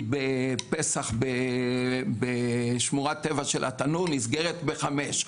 בפסח הייתי בשמורת טבע של התנור, והיא נסגרת בחמש.